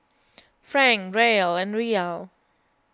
Franc Riel and Riyal